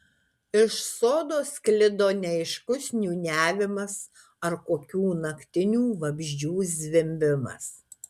iš sodo sklido neaiškus niūniavimas ar kokių naktinių vabzdžių zvimbimas